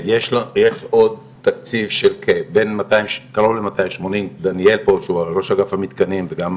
יש עוד תקציב של קרוב למאתיים שמונים, זה למתקנים.